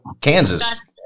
Kansas